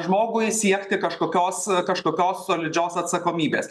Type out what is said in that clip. žmogui siekti kažkokios kažkokios solidžios atsakomybės